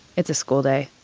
it's a school day.